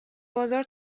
بازار